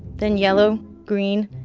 then yellow, green,